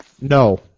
No